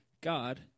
God